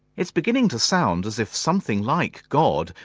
it's beginning to sound as if something like god,